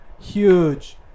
Huge